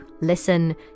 listen